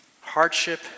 hardship